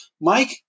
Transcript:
Mike